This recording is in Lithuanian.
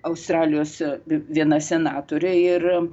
australijos viena senatorė ir